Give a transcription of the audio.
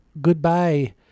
goodbye